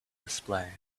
display